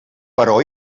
però